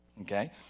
okay